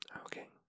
Okay